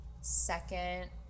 second